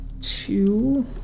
two